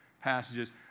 passages